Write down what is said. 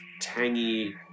tangy